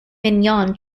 mignon